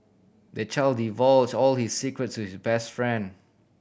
the child divulge all his secrets to his best friend